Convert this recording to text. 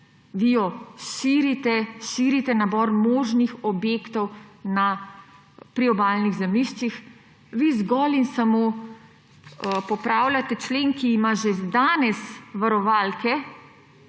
vi jo širite, širite nabor možnih objektov na priobalnih zemljiščih. Vi zgolj in samo popravljate člen, ki ima že danes varovalke,